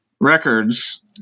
records